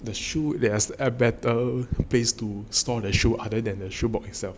the shoe there are better placed to store the shoe other than the shoebox itself